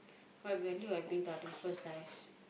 what value I bring to other people's lives